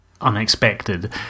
unexpected